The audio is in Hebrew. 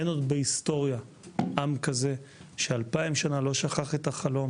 אין עוד בהיסטוריה עם שלא שכח את חלומו